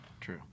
True